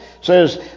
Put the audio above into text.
says